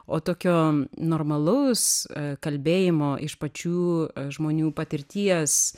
o tokio normalaus kalbėjimo iš pačių žmonių patirties